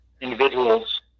individuals